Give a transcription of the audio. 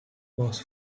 was